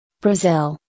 Brazil